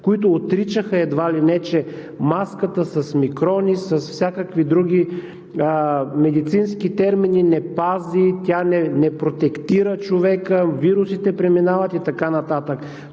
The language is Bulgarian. които отричаха едва ли не, че маската с микрони, с всякакви други медицински термини, не пази, тя не протектира човека, вирусите преминават и така нататък.